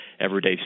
everyday